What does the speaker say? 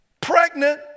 pregnant